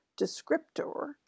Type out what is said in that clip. descriptor